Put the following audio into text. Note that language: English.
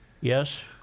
Yes